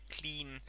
clean